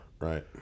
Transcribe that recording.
Right